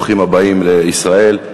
ברוכים הבאים לישראל.